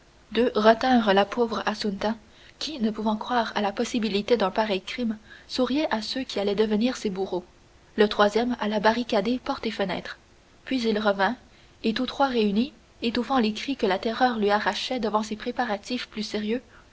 deux retinrent la pauvre assunta qui ne pouvant croire à la possibilité d'un pareil crime souriait à ceux qui allaient devenir ses bourreaux le troisième alla barricader portes et fenêtres puis il revint et tous trois réunis étouffant les cris que la terreur lui arrachait devant ces préparatifs plus sérieux